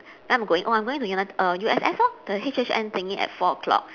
where I'm going oh I'm going to uni~ err U_S_S lor the H_N_N thingy at four o-clock